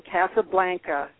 Casablanca